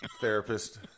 therapist